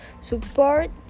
support